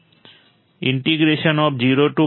862 ms vc 1R1 C205v1 dt 10